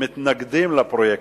מתנגדים לפרויקטים,